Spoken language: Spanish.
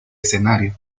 escenario